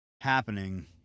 happening